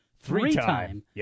three-time